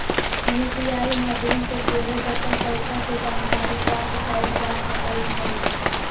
UPI माध्यम से सेहो बचल पइसा के जानकारी प्राप्त कएल जा सकैछइ